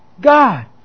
God